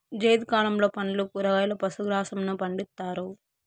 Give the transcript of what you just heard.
జైద్ కాలంలో పండ్లు, కూరగాయలు, పశు గ్రాసంను పండిత్తారు